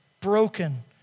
broken